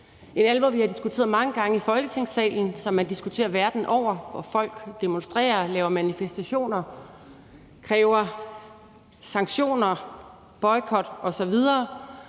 vi har diskuteret mange gange i Folketingssalen, som man diskuterer verden over, hvor folk demonstrerer og laver manifestationer, kræver sanktioner, boykot osv.,